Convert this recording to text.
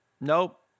Nope